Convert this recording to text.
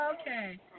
Okay